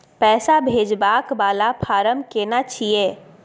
पैसा भेजबाक वाला फारम केना छिए?